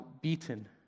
beaten